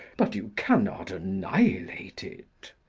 but you cannot annihilate it.